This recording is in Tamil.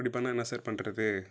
இப்படி பண்ணிணா என்ன சார் பண்ணுறது